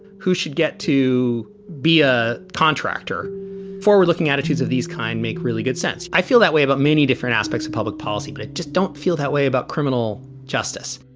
who should get to be a contractor for we're looking at issues of these kind. make really good sense. i feel that way about many different aspects of public policy. but i just don't feel that way about criminal justice